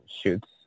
shoots